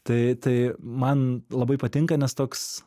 tai tai man labai patinka nes toks